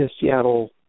Seattle